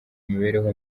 mibereho